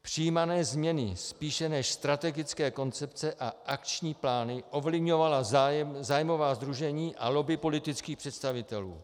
Přijímané změny spíše než strategické koncepce a akční plány ovlivňovala zájmová sdružení a lobby politických představitelů.